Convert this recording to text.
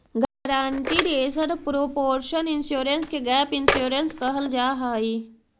guaranteed asset proportion insurance के gap insurance कहल जाऽ हई